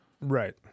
Right